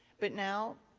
but now,